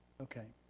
okay,